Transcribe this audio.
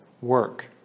work